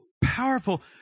powerful